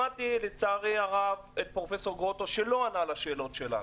שמעתי את פרופסור גרוטו שלצערי הרב לא ענה לשאלות שלי,